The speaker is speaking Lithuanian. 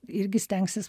irgi stengsis